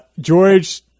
George